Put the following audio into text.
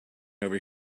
over